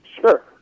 sure